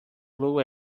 blue